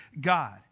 God